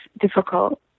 difficult